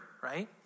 right